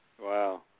Wow